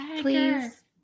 please